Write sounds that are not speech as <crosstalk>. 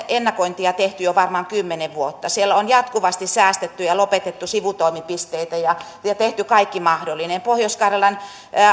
<unintelligible> ennakointia tehty jo varmaan kymmenen vuotta siellä on jatkuvasti säästetty ja lopetettu sivutoimipisteitä ja tehty kaikki mahdollinen pohjois karjalan